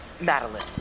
Madeline